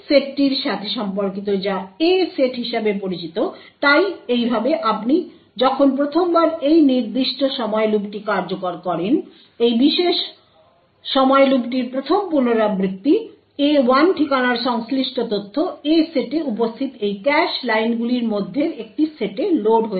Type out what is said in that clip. এই সেটটির সাথে সম্পর্কিত যা A সেট হিসাবে পরিচিত তাই এইভাবে আপনি যখন প্রথমবার এই নির্দিষ্ট সময় লুপটি কার্যকর করেন এই বিশেষ সময় লুপটির প্রথম পুনরাবৃত্তি A1 ঠিকানার সংশ্লিষ্ট তথ্য A সেটে উপস্থিত এই ক্যাশ লাইনগুলির মধ্যের একটি সেটে লোড হয়ে যায়